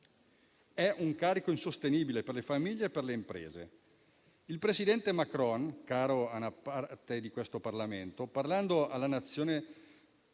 di un carico insostenibile per le famiglie e per le imprese. Il presidente Macron, caro a una parte di questo Parlamento, parlando alla